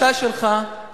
אם עליך כבר ויתרנו, תודה.